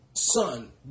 Son